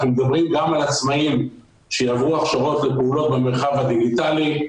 אנחנו מדברים גם על עצמאיים שיעברו הכשרות לפעולות במרחב הדיגיטלי,